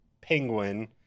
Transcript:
Penguin